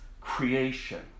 creation